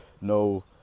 No